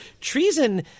Treason